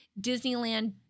Disneyland